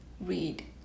read